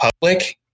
public